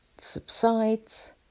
subsides